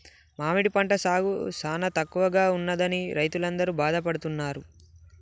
మామిడి పంట సాగు సానా తక్కువగా ఉన్నదని రైతులందరూ బాధపడుతున్నారు